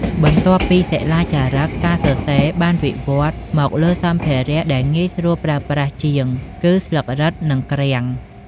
បន្ទាប់ពីសិលាចារឹក ការសរសេរបានវិវឌ្ឍន៍មកលើសម្ភារៈដែលងាយស្រួលប្រើប្រាស់ជាង គឺស្លឹករឹត និងក្រាំង។